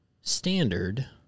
standard